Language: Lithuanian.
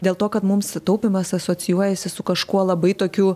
dėl to kad mums taupymas asocijuojasi su kažkuo labai tokiu